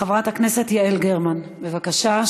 חברת הכנסת יעל גרמן, בבקשה.